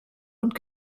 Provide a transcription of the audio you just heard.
und